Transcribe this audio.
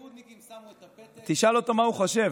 הליכודניקים שמו את הפתק, תשאל אותו מה הוא חושב.